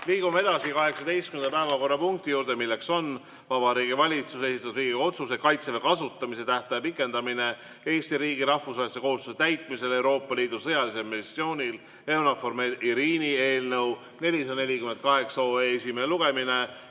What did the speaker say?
Liigume edasi 18. päevakorrapunkti juurde, milleks on Vabariigi Valitsuse esitatud Riigikogu otsuse "Kaitseväe kasutamise tähtaja pikendamine Eesti riigi rahvusvaheliste kohustuste täitmisel Euroopa Liidu sõjalisel missioonil EUNAVFOR Med/Irini" eelnõu 448 esimene lugemine.